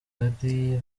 kagari